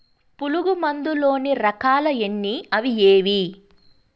పులుగు మందు లోని రకాల ఎన్ని అవి ఏవి?